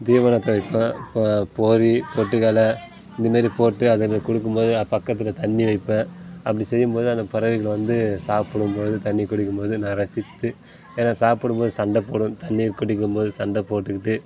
தீவனத்தை வைப்பேன் பொறி பொட்டுக்கடல்ல இந்த மாரி போட்டு அதை நான் கொடுக்கும்போது அது பக்கத்தில் தண்ணி வைப்பேன் அப்படி செய்யும்போது அந்த பறவைகள் வந்து சாப்பிடும் போது தண்ணி குடிக்கும் போது நான் ரசித்து ஏன்னா சாப்பிடும் போது சண்டை போடும் தண்ணியை குடிக்கும் போது சண்டை போட்டுக்கிட்டு